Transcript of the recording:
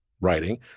writing